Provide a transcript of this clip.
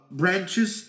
branches